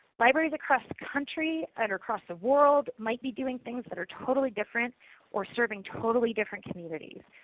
libraries across the country and across the world might be doing things that are totally different or serving totally different communities,